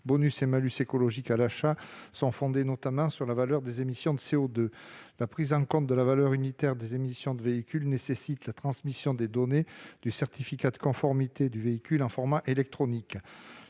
bonus et de malus écologiques à l'achat sont fondés, notamment, sur la valeur des émissions de CO2. La prise en compte de la valeur unitaire des émissions nécessite la transmission des données du certificat de conformité du véhicule en format électronique.